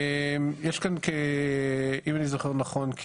אם אני זוכר נכון,